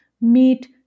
meat